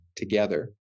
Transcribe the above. Together